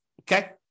Okay